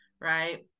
right